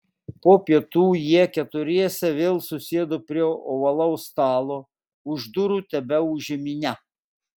po pietų jie keturiese vėl susėdo prie ovalaus stalo už durų tebeūžė minia